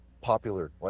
popular